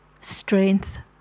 strength